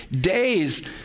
days